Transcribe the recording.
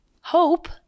Hope